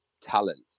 talent